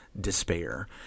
despair